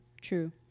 True